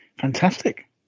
fantastic